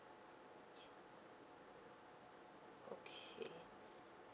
okay